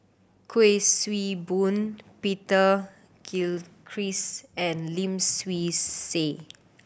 Kuik Swee Boon Peter Gilchrist and Lim Swee Say